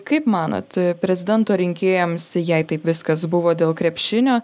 kaip manot prezidento rinkėjams jei taip viskas buvo dėl krepšinio